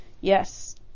Yes